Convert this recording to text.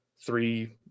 three